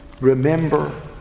Remember